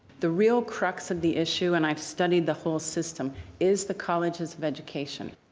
the real crux of the issue and i've studied the whole system is the colleges of education.